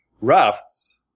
rafts